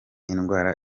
indwara